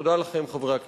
תודה לכם, חברי הכנסת.